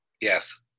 Yes